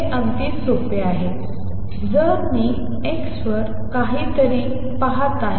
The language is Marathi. हे अगदी सोपे आहे जर मी x वर काहीतरी पाहत आहे